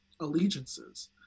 allegiances